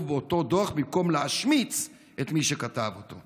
באותו דוח במקום להשמיץ את מי שכתב אותו.